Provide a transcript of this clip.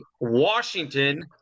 Washington